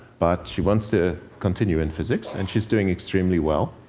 but she wants to continue in physics, and she's doing extremely well.